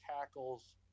tackles